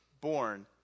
born